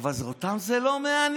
אבל אותם זה לא מעניין.